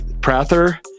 Prather